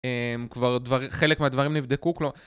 אה... כבר חלק מהדברים נבדקו כלו...